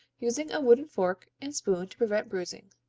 using a wooden fork and spoon to prevent bruising.